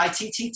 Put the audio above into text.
ITT